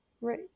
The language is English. right